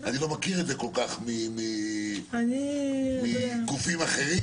אני לא מכיר את זה כל כך מגופים אחרים.